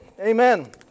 Amen